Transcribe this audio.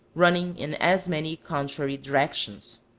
running in as many contrary directions.